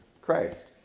Christ